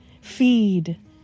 feed